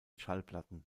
schallplatten